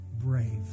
brave